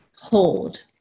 hold